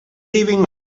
leaving